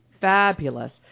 fabulous